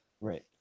Right